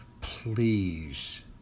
please